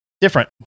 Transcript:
different